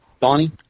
Donnie